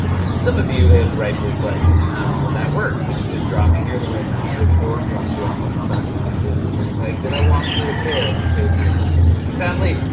and some of you have rightfully questioned how that works. did it just drop me here, the way a malkovich door drops you off on the side of the new jersey turnpike? did i walk through a tear in the space-time continuum? sadly,